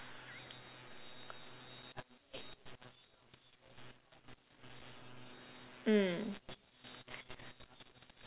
mm